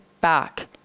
back